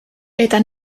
eta